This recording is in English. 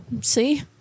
See